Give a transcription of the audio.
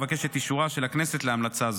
אבקש את אישורה של הכנסת להמלצה זו.